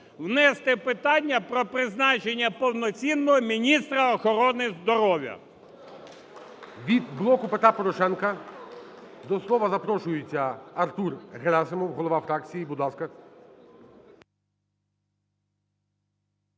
внести питання про призначення повноцінного міністра охорони здоров'я. ГОЛОВУЮЧИЙ. Від "Блоку Петра Порошенка" до слова запрошується Артур Герасимов, голова фракції. Будь ласка.